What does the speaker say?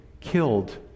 killed